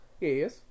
Yes